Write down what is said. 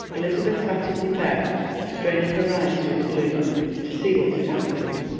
elizabeth sat up in bed straining her eyes through the gloom to see what had happened.